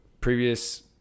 previous